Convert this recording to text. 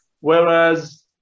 whereas